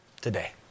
today